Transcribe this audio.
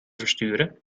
versturen